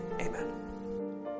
Amen